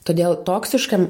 todėl toksiškam